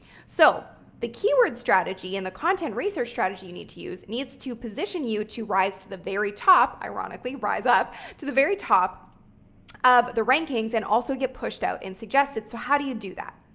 so the keyword strategy and the content research strategy you need to use needs to position you to rise to the very top, ironically, rise up to the very top of the rankings and also get pushed out and suggested. so how do you do that?